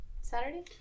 Saturday